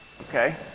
Okay